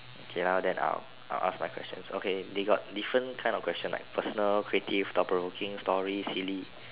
okay ah then I'll I'll ask my questions okay they got different kind of question like personal creative thought provoking story silly